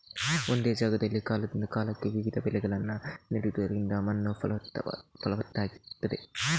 ಒಂದೇ ಜಾಗದಲ್ಲಿ ಕಾಲದಿಂದ ಕಾಲಕ್ಕೆ ವಿವಿಧ ಬೆಳೆಗಳನ್ನ ನೆಡುದರಿಂದ ಮಣ್ಣು ಫಲವತ್ತಾಗ್ತದೆ